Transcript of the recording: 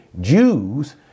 Jews